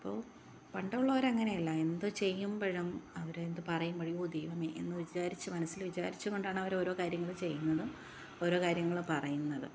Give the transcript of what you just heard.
അപ്പോൾ പണ്ടുള്ളവരങ്ങനെയല്ല എന്ത് ചെയ്യുമ്പോഴും അവരെന്തു പറയുമ്പോഴും ഓ ദൈവമേ എന്നു വിചാരിച്ച് മനസ്സില് വിചാരിച്ചുകൊണ്ടാണ് അവർ ഓരോ കാര്യങ്ങൾ ചെയ്യുന്നത് ഓരോ കാര്യങ്ങൾ പറയുന്നത്